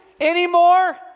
anymore